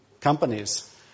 companies